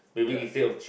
ya